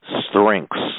strengths